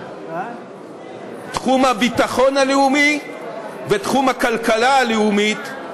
תחום הביטחון הלאומי ותחום הכלכלה הלאומית,